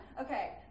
Okay